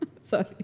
Sorry